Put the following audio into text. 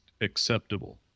acceptable